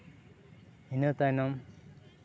ᱤᱱᱟᱹ ᱛᱟᱭᱱᱚᱢ